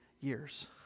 years